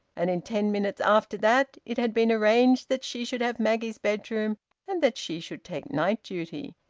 and in ten minutes after that it had been arranged that she should have maggie's bedroom and that she should take night duty,